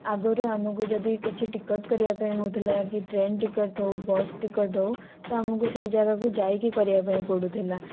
ଆଗରୁ ଆମକୁ ଯଦି କିଛି ଟିକେଟ୍ କରିବା ପାଇଁ ହେଉଥିଲା କି ଟ୍ରେନ୍ ଟିକେଟ୍ ହେଉ ବସ୍ ଟିକଟ୍ ହେଉ ତ ଆମକୁ ସେହି ଜାଗାକୁ ଯାଇକି କରିବା ପାଇଁ ପଡ଼ୁଥିଲା